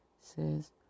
says